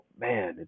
man